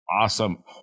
Awesome